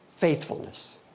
faithfulness